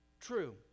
True